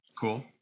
cool